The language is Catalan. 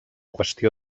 qüestió